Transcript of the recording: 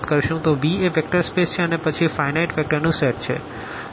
તો V એ vector space છે અને પછી ફાઈનાઈટ વેક્ટર નું સેટ છે